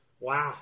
Wow